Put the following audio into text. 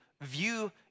view